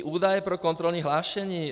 Údaje pro kontrolní hlášení.